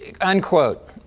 unquote